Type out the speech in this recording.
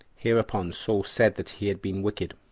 hereupon saul said that he had been wicked,